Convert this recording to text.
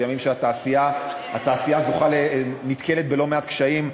בימים שהתעשייה נתקלת בלא מעט קשיים,